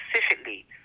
specifically